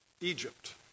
Egypt